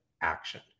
action